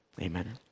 amen